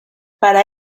para